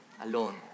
alone